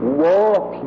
walk